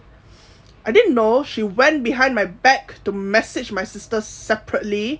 I didn't know she went behind my back to message my sister separately